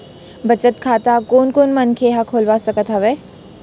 बचत खाता कोन कोन मनखे ह खोलवा सकत हवे?